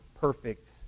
perfect